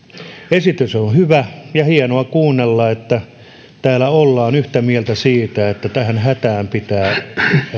esitys on on hyvä ja hienoa kuunnella että täällä ollaan yhtä mieltä siitä että tähän hätään pitää